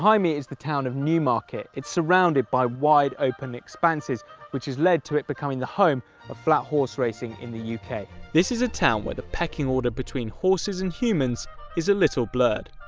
me is the town of newmarket. it's surrounded by wide open expanses which has led to it becoming the home of flat horse racing in the u k. this is a town where the pecking order between horses and humans is a little blurred.